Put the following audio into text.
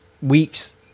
weeks